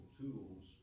tools